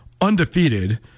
undefeated